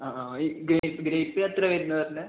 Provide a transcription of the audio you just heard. ആ ആ ഈ ഗ്രേപ്പ് ഗ്രേപ്പ് എത്ര വരുന്നു പറഞ്ഞത്